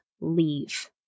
leave